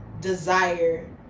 desire